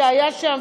שכל הזמן היה שם,